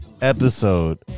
episode